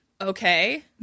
Okay